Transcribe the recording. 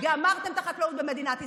גמרתם את החקלאות במדינת ישראל.